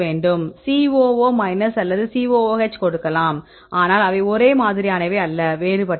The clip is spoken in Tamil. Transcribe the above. Coo மைனஸ் அல்லது COOH ஐ கொடுக்கலாம் ஆனால் அவை ஒரே மாதிரியானவை அல்ல வேறுபட்டவை